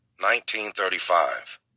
1935